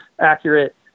accurate